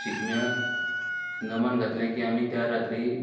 शिगम्याक नमन घातलें की आमी त्या रात्री